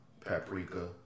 paprika